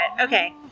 Okay